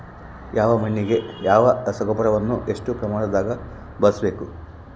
ಯಾವ ಮಣ್ಣಿಗೆ ಯಾವ ರಸಗೊಬ್ಬರವನ್ನು ಎಷ್ಟು ಪ್ರಮಾಣದಾಗ ಬಳಸ್ಬೇಕು?